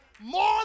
more